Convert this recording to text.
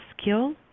skill